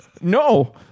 no